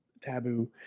taboo